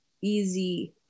easy